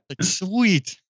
Sweet